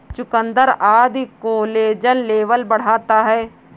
चुकुन्दर आदि collagen level बढ़ाता है